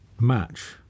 match